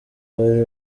bari